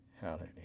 hallelujah